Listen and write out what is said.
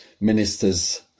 ministers